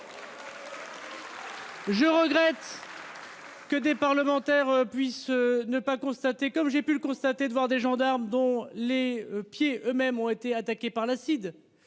Je regrette. Que des parlementaires puissent ne pas constater comme j'ai pu le constater de voir des gendarmes dont les pieds eux- mêmes ont été attaqués par l'acide.